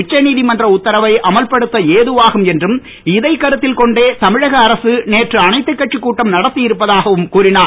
உச்ச நீதிமன்ற உத்தரவை அமல்படுத்த ஏதுவாகும் என்றும் இதைக் கருத்தில்கொண்டே தமிழக அரசு நேற்று அனைத்துக்கட்சிக் கூட்டம் நடத்தியிருப்பதாகவும் கூறிஞர்